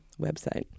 website